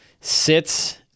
sits